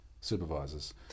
supervisors